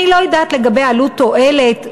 אני לא יודעת לגבי עלות תועלת.